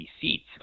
seats